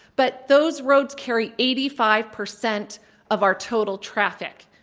but those roads carry eighty five percent of our total traffic.